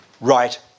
right